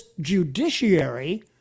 judiciary